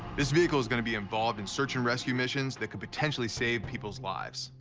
this vehicle's going to be involved in search and rescue missions that could potentially save people's lives.